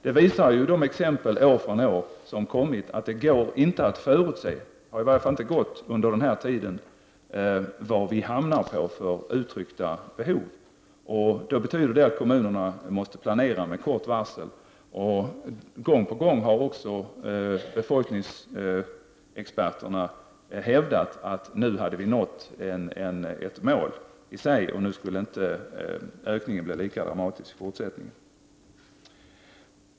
Det finns exempel från år till år på att det inte går att förutse — i varje fall har det inte gått under senare tid — vart vi hamnar när det gäller uttryckta behov. Det betyder att kommunerna måste planera med kort varsel. Gång på gång har befolkningsexperterna hävdat att vi nu har nått ett mål och att ökningen inte skall bli lika dramatisk i fortsättningen.